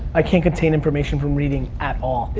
i can't contain information from reading at all,